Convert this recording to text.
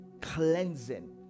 cleansing